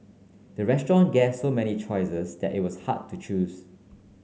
the restaurant gave so many choices that it was hard to choose